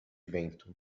vento